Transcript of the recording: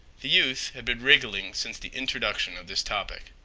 the youth had been wriggling since the introduction of this topic.